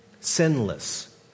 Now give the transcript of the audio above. sinless